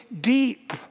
deep